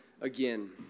again